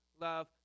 love